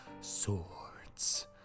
swords